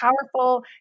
powerful